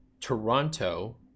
Toronto